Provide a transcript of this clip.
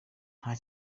nta